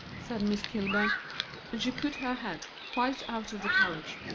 said miss kilburn and she put her head quite out of the carriage,